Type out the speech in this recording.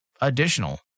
additional